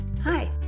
Hi